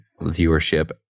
viewership